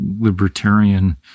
libertarian